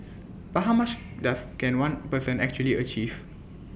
but how much does can one person actually achieve